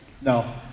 No